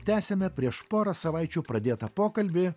tęsiame prieš porą savaičių pradėtą pokalbį